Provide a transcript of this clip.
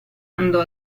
andò